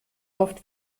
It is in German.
oft